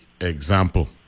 example